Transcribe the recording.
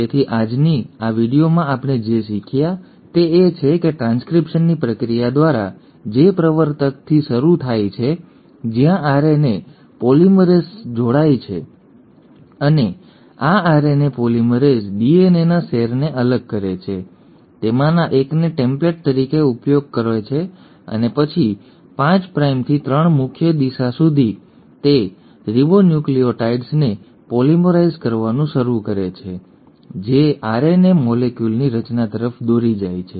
તેથી આજની વિડિઓમાં આપણે જે શીખ્યા છીએ તે એ છે કે ટ્રાન્સક્રિપ્શનની પ્રક્રિયા દ્વારા જે પ્રવર્તકથી શરૂ થાય છે જ્યાં આરએનએ પોલિમરેઝ જોડાય છે અને આ આરએનએ પોલિમરેઝ ડીએનએના સેરને અલગ કરે છે તેમાંના એકને ટેમ્પલેટ તરીકે ઉપયોગ કરે છે અને પછી 5 પ્રાઇમથી 3 મુખ્ય દિશા સુધી તે રાઇબોન્યુક્લિઓટાઇડ્સને પોલિમરાઇઝ કરવાનું શરૂ કરે છે જે આરએનએ મોલેક્યુલની રચના તરફ દોરી જાય છે